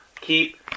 keep